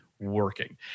working